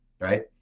Right